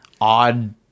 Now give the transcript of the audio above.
Odd